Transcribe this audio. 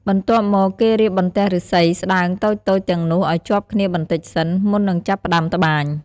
បន្ទាប់មក គេរៀបបន្ទះឫស្សីស្តើងតូចៗទាំងនោះឲ្យជាប់គ្នាបន្តិចសិន មុននឹងចាប់ផ្តើមត្បាញ។